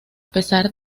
pesar